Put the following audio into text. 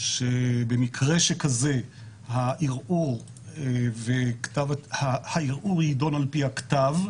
שבמקרה כזה הערעור יידון על פי הכתב,